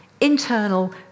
internal